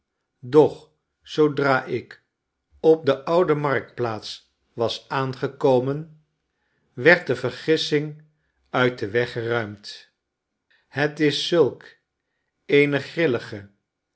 doch zoodra ik op de oude marktplaats was aangekomen werd de vergissing uit den weg geruimd het is zulk